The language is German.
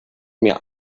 mir